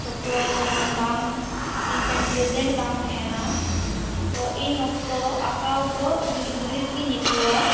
ᱡᱚᱛᱚ ᱥᱟᱢᱟᱱ ᱵᱟᱝ ᱤᱧ ᱴᱷᱮᱱ ᱯᱨᱮᱡᱮᱱᱴ ᱵᱟᱝ ᱛᱟᱦᱮᱱᱟ ᱛᱚ ᱤᱱ ᱚᱠᱛᱚ ᱟᱠᱟᱣ ᱫᱚ ᱟᱹᱰᱤ ᱫᱩᱲᱤᱵ ᱜᱮᱧ ᱟᱹᱭᱠᱟᱹᱣᱟ